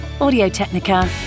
Audio-Technica